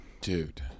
Dude